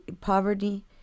Poverty